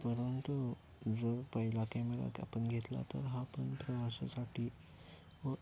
परंतु जर पहिला कॅमेरा आपण घेतला तर हा पण प्रवासासाठी व